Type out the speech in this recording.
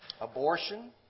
abortion